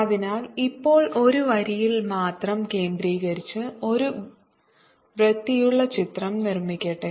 അതിനാൽ ഇപ്പോൾ ഒരു വരിയിൽ മാത്രം കേന്ദ്രീകരിച്ച് ഒരു വൃത്തിയുള്ള ചിത്രം നിർമ്മിക്കട്ടെ